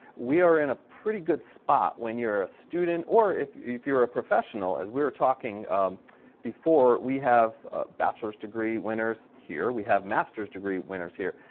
we are in a pretty good spot when you're a student or if, if you're a professional as we were talking before. we have bachelor degree winners here, we have master's degree winners here.